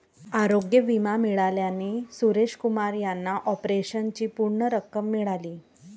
आरोग्य विमा मिळाल्याने सुरेश कुमार यांना ऑपरेशनची पूर्ण रक्कम मिळाली